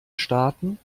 starten